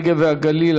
הנגב והגליל,